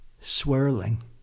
swirling